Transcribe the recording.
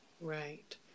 Right